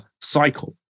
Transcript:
cycle